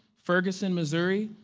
ferguson, missouri,